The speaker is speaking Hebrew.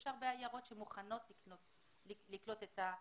יש הרבה עיירות שמוכנות לקלוט את הקהילה.